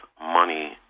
money